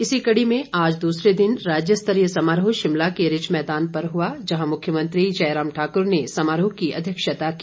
इसी कड़ी में आज दूसरे दिन राज्य स्तरीय समारोह शिमला के रिज मैदान पर हुआ जहां मुख्यमंत्री जयराम ठाकुर ने समारोह की अध्यक्षता की